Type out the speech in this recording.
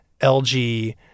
LG